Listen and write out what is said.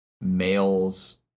males